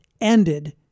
ended